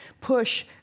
push